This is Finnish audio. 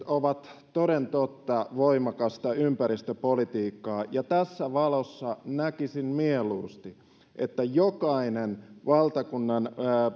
ovat toden totta voimakasta ympäristöpolitiikkaa ja tässä valossa näkisin mieluusti että jokainen valtakunnan